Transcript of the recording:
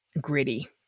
gritty